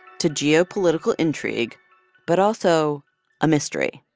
to geo-political intrigue but also a mystery.